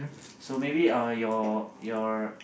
so maybe uh your your